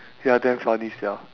ya damn funny sia